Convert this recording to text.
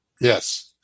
Yes